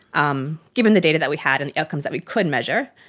um given the data that we had and the outcomes that we could measure,